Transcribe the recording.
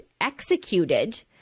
executed